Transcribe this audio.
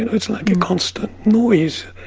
it's like a constant noise,